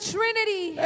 Trinity